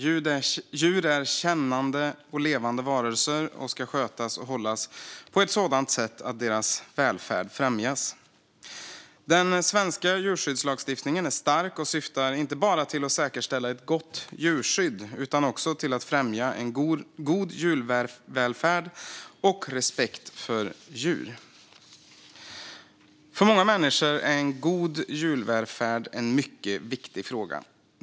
Djur är kännande och levande varelser och ska skötas och hållas på ett sådant sätt att deras välfärd främjas. Den svenska djurskyddslagstiftningen är stark och syftar inte bara till att säkerställa ett gott djurskydd utan också till att främja en god djurvälfärd och respekt för djur. För många människor är god djurvälfärd en mycket viktig fråga.